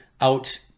out